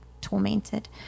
tormented